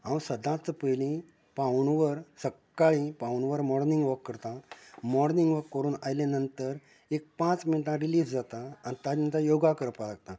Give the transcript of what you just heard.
हांव सदांच पयलीं पावणू वर सकाळी पावणू वर मॉर्निंग वॉक करता मॉर्निंग वॉक करून आयले नंतर एक पांच मिण्टा रिलीव जाता आनी ताचे नंतर योगा करपाक लागता